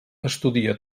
estudia